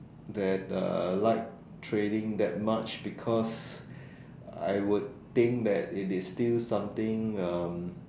that uh like trading that much because I would think that it is still something um